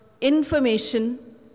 information